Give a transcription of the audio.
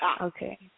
Okay